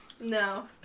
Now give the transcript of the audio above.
No